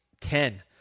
Ten